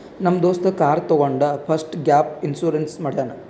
ನಮ್ ದೋಸ್ತ ಕಾರ್ ತಗೊಂಡ್ ಫಸ್ಟ್ ಗ್ಯಾಪ್ ಇನ್ಸೂರೆನ್ಸ್ ಮಾಡ್ಯಾನ್